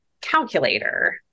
calculator